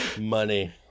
Money